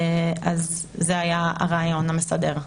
זה היה הרעיון המסדר.